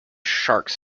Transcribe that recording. sharks